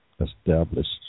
established